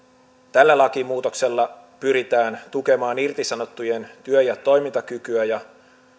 tällä lakimuutoksella pyritään tukemaan irtisanottujen työ ja toimintakykyä ja